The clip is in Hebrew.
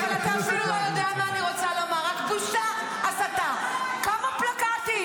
אז למה את שורפת את